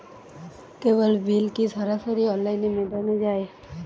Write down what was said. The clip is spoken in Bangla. কেবল বিল কি সরাসরি অনলাইনে মেটানো য়ায়?